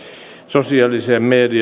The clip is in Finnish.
sosiaalisessa